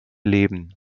leben